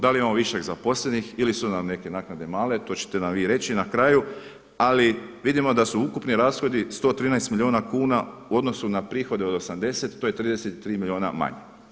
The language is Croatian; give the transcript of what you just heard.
Da li imamo višak zaposlenih ili su nam neke naknade male, to ćete nam vi reći na kraju, ali vidimo da su ukupni rashodi 113 milijuna kuna u odnosu na prihode od 80 to je 33 milijuna manje.